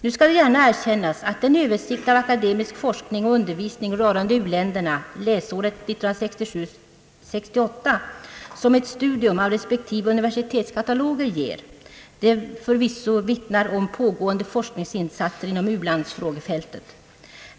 Nu skall det gärna erkännas att den översikt av akademisk forskning och undervisning rörande u-länderna läsåret 1967—1968 som ett studium av respektive universitetskataloger ger, förvisso vittnar om pågående forskningsinsatser inom u-landsfrågefältet.